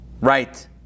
Right